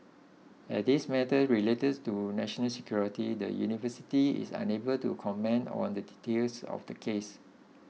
as this matter relates to national security the university is unable to comment on the details of the case